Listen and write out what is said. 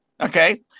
Okay